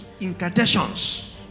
incantations